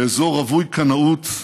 באזור רווי קנאות,